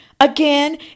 Again